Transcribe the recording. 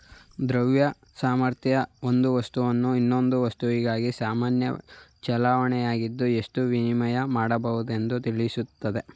ದ್ರವ್ಯ ಸಾಮರ್ಥ್ಯ ಒಂದು ವಸ್ತುವನ್ನು ಇನ್ನೊಂದು ವಸ್ತುವಿಗಾಗಿ ಸಾಮಾನ್ಯ ಚಲಾವಣೆಯಾಗಿ ಎಷ್ಟು ವಿನಿಮಯ ಮಾಡಬಹುದೆಂದು ತಿಳಿಸುತ್ತೆ